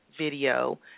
video